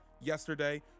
yesterday